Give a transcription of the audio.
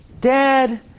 Dad